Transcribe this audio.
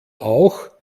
auch